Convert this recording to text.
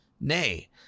Nay